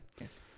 yes